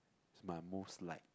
my most liked